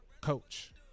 coach